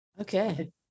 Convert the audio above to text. Okay